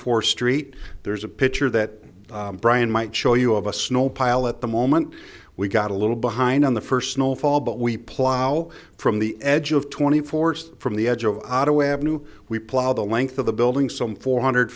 four street there's a picture that brian might show you of a snow pile at the moment we got a little behind on the first snow fall but we plow from the edge of twenty four just from the edge of otto avenue we plow the length of the building some four hundred